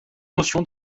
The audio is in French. notion